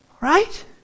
Right